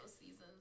seasons